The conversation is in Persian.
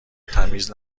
تمیز